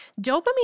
Dopamine